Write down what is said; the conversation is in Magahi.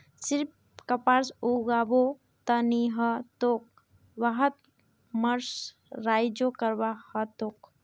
सिर्फ कपास उगाबो त नी ह तोक वहात मर्सराइजो करवा ह तोक